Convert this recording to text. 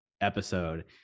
episode